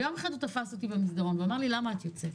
יום אחד הוא תפס אותי במסדרון ושאל אותי: למה את יוצאת?